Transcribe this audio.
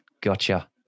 Gotcha